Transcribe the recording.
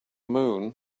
moon